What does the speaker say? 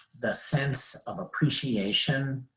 the sense of appreciation,